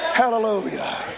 hallelujah